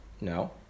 No